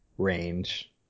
range